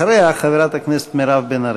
אחריה, חברת הכנסת מירב בן ארי.